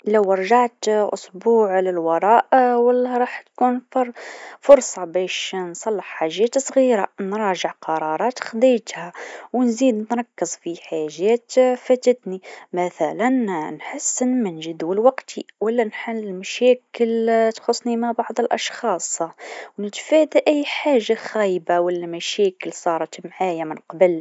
لو تقدمت بأسبوع في المستقبل نمشي باش نلقى روحي و نقابلها، نشوفها كيفاش عامله، نزيد نتطلع على حاجات جديده صارت في حياتي، نشوف كيفاش نكمل التقدم نحو أهدافي، نشوف كيفاش اش عملت في المستقبل، نتعلم كيفاش نقدر نحقق حاجات أكبر في الأسبوع هذايا الحالي، باش نحققها أحسن في المستقبل.